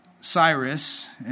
Cyrus